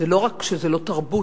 לא רק שזה לא תרבות,